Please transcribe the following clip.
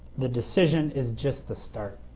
the decision is just the start.